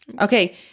Okay